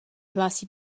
hlásí